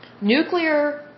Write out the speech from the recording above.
nuclear